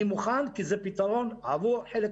אני מוכן, כי זה פתרון עבור תושבי העיר.